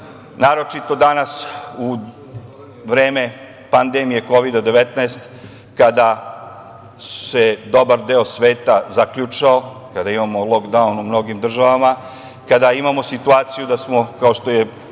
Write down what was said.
Naročito danas, u vreme pandemije Kovida-19, kada se dobar deo sveta zaključao, kada imamo lokdaun u mnogim državama, kada imamo situaciju da smo, kao što je